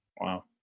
Wow